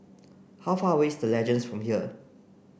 how far away is The Legends from here